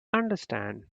understand